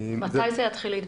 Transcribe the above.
מתי זה יתחיל להתבצע?